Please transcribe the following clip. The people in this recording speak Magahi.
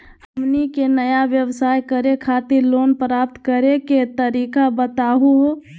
हमनी के नया व्यवसाय करै खातिर लोन प्राप्त करै के तरीका बताहु हो?